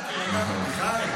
מיכאל, תירגע.